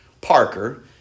Parker